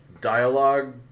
dialogue